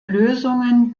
lösungen